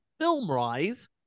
FilmRise